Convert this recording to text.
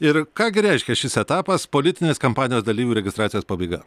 ir ką gi reiškia šis etapas politinės kampanijos dalyvių registracijos pabaiga